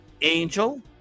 Angel